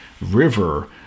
River